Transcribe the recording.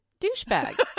douchebag